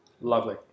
Lovely